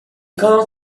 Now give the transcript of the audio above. called